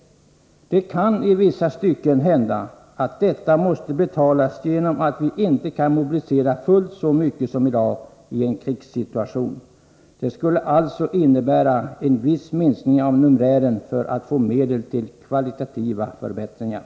Det kan hända att detta i vissa stycken måste betalas genom att vi inte kan mobilisera fullt så mycket som i dag i en krigssituation. Det skulle alltså innebära en viss minskning av numerären för att få medel till kvalitativa förbättringar.